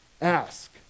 Ask